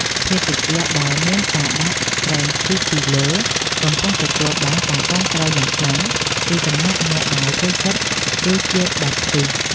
ភេសជ្ជៈដែលមានដាក់ក្រែមឈីសពីលើកំពុងទទួលបានការគាំទ្រយ៉ាងខ្លាំងពីសំណាក់អ្នកដែលចូលចិត្តរសជាតិបែបខ្ទិះ។